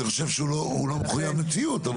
אני חושב שהוא לא מחויב מציאות,